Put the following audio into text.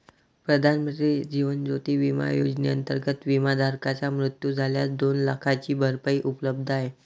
प्रधानमंत्री जीवन ज्योती विमा योजनेअंतर्गत, विमाधारकाचा मृत्यू झाल्यास दोन लाखांची भरपाई उपलब्ध आहे